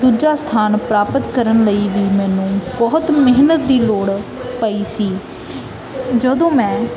ਦੂਜਾ ਸਥਾਨ ਪ੍ਰਾਪਤ ਕਰਨ ਲਈ ਵੀ ਮੈਨੂੰ ਬਹੁਤ ਮਿਹਨਤ ਦੀ ਲੋੜ ਪਈ ਸੀ ਜਦੋਂ ਮੈਂ